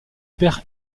pair